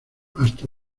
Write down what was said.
hasta